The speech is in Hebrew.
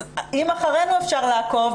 אם אחרינו אפשר לעקוב,